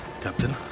Captain